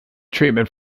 treatment